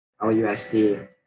LUSD